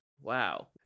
Wow